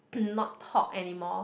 not talk anymore